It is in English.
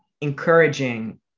encouraging